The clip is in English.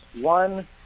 one